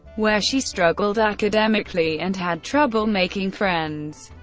where she struggled academically and had trouble making friends.